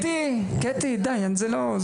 קטי, די, זה לא.